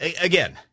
again